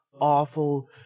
awful